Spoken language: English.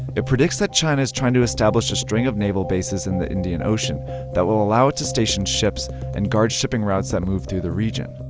it predicts that china is trying to establish a string of naval bases in the indian ocean that will allow it to station ships and guard shipping routes that move through the region.